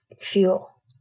fuel